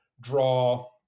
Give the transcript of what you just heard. draw